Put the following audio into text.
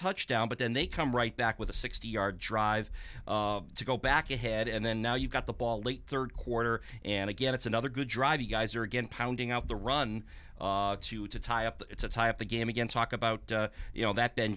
touchdown but then they come right back with a sixty yard drive to go back ahead and then now you've got the ball late third quarter and again it's another good drive you guys are again pounding out the run to to tie up it's a type of game again talk about you know that